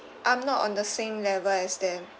I'm not on the same level as them